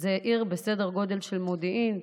זה עיר בסדר גודל של מודיעין,